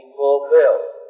fulfilled